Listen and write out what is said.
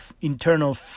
internal